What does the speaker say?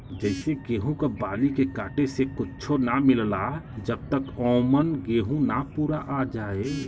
जइसे गेहूं क बाली के काटे से कुच्च्छो ना मिलला जब तक औमन गेंहू ना पूरा आ जाए